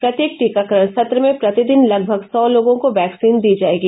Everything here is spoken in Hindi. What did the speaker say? प्रत्येक टीकाकरण सत्र में प्रतिदिन लगभग सौ लोगों को वैक्सीन दी जाएगी